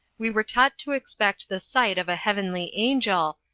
we were taught to expect the sight of a heavenly angel,